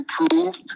improved